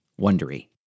Wondery